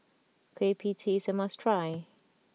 Kueh Pie Tee is a must try